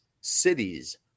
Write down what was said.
cities